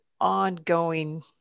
ongoing